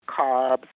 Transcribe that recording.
carbs